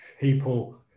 people